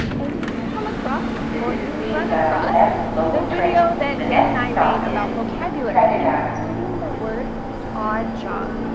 and you come across or you run across the video that dan and i made about vocabulary, including the word odd job.